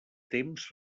temps